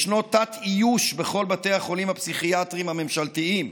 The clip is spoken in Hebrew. ישנו תת-איוש בכל בתי החולים הפסיכיאטריים הממשלתיים.